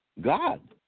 God